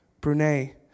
Brunei